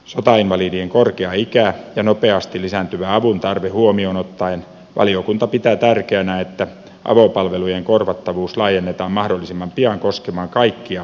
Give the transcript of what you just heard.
sotainvalidien korkea ikä ja nopeasti lisääntyvä avun tarve huomioon ottaen valiokunta pitää tärkeänä että avopalvelujen korvattavuus laajennetaan mahdollisimman pian koskemaan kaikkia sotainvalideja